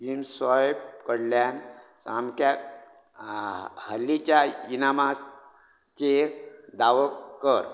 Mswipe कडल्यान सामक्या हाल हालीच्या इनामा चेर दावो कर